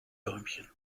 däumchen